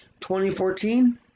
2014